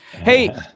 Hey